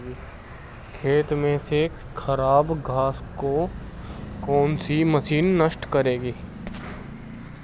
खेत में से खराब घास को कौन सी मशीन नष्ट करेगी?